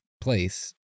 place